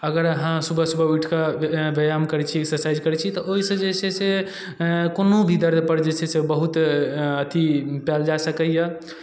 अगर अहाँ सुबह सुबह उठि कऽ व्यायाम करै छी एक्सरसाइज करै छी तऽ ओहिसँ जे छै से कोनो भी दर्दपर जे छै से बहुत अथी पायल जा सकैए